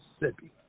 Mississippi